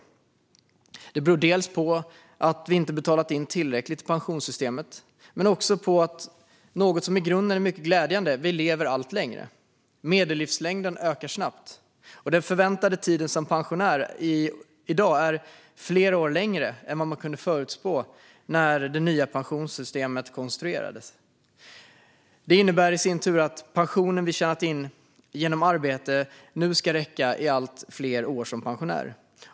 Detta beror dels på att vi inte betalat in tillräckligt till pensionssystemet, dels på något som i grunden är mycket glädjande: Vi lever allt längre. Medellivslängden ökar snabbt, och den förväntade tiden som pensionär är i dag flera år längre än man kunde förutspå när det nya pensionssystemet konstruerades. Detta innebär i sin tur att pensionen vi tjänat in genom arbete nu ska räcka i fler år som pensionär.